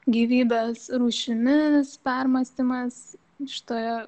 gyvybės rūšimis permąstymas šitoje